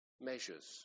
measures